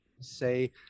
say